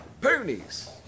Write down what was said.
Ponies